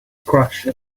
crush